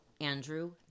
Andrew